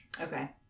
Okay